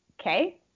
okay